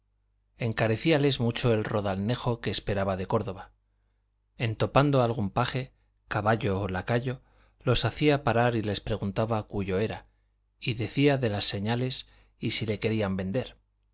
porcelana encarecíales mucho el roldanejo que esperaba de córdoba en topando algún paje caballo o lacayo los hacía parar y les preguntaba cúyo era y decía de las señales y si le querían vender